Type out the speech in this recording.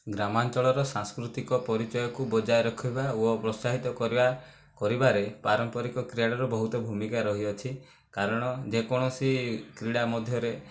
ଗ୍ରାମାଞ୍ଚଳର ସାଂସ୍କୃତିକ ପରିଚୟକୁ ବଜାୟ ରଖିବା ଓ ପ୍ରୋତ୍ସାହିତ କରିବାରେ ପାରମ୍ପରିକ କ୍ରୀଡ଼ାର ବହୁତ ଭୂମିକା ରହିଅଛି କାରଣ ଯେକୌଣସି କ୍ରୀଡ଼ା ମଧ୍ୟରେ